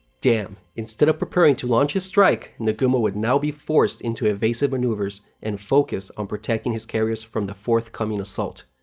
damn. instead of preparing to launch a strike, nagumo would now be forced into evasive maneuvers and focus on protecting his carriers from the forthcoming assault.